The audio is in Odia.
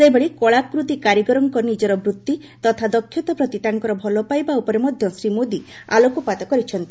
ସେହିଭଳି କଳାକୃତି କାରିଗରଙ୍କ ନିଙ୍କର ବୃଭି ତଥା ଦକ୍ଷତା ପ୍ରତି ତାଙ୍କର ଭଲ ପାଇବା ଉପରେ ମଧ୍ୟ ଶ୍ରୀ ମୋଦି ଆଲୋକପାତ କରିଛନ୍ତି